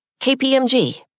KPMG